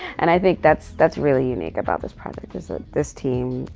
and i think that's that's really unique about this product is that this team,